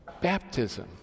Baptism